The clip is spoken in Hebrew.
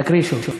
תקריא שוב.